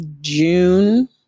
June